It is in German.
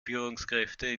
führungskräfte